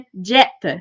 jet